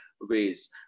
ways